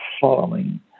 following